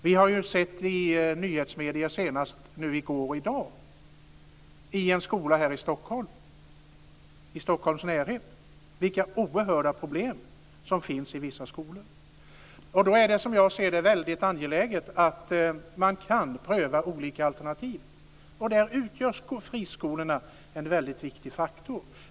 Vi har sett i nyhetsmedierna senast i går och i dag vilka oerhörda problem som finns i vissa skolor i Stockholms närhet. Då är det, som jag ser det, angeläget att man kan pröva olika alternativ. Där utgör friskolorna en väldigt viktig faktor.